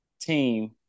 team